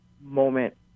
moment